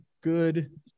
good